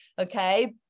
Okay